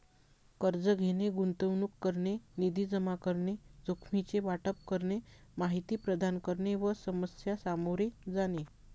कर्ज घेणे, गुंतवणूक करणे, निधी जमा करणे, जोखमीचे वाटप करणे, माहिती प्रदान करणे व समस्या सामोरे जाणे